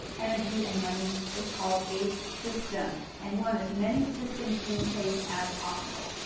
energy and money is called a system and you want as many systems in place as possible.